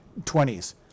20s